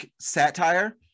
satire